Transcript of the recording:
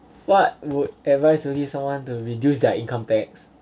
what would advise you leave someone to reduce their income tax